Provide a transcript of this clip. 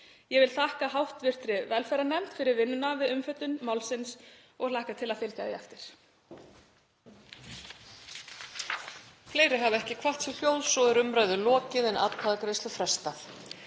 Ég vil þakka hv. velferðarnefnd fyrir vinnuna við umfjöllun málsins og hlakka til að fylgja því eftir.